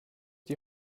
die